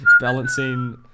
Balancing